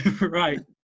Right